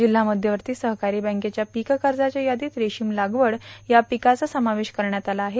Jill's मध्यवर्ती सहकारी बँकेच्या पीककर्जाच्या यादीत रेशीम लागवड या पिकाचा समावेश करण्यात आला आहे